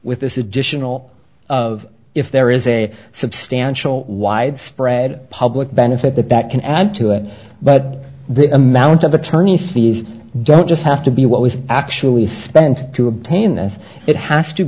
with this additional of if there is a substantial widespread public benefit the bat can add to it but the amount of attorney fees don't just have to be what was actually spent to obtain this it has to